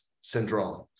syndrome